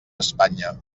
espanya